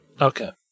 Okay